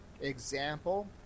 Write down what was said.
Example